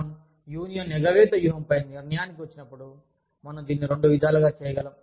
మనం యూనియన్ ఎగవేత వ్యూహంపై నిర్ణయానికి వచ్చి నప్పుడు మనం దీన్ని రెండు విధాలుగా చేయగలం